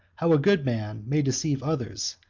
how a good man may deceive others,